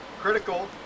Critical